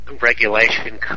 regulation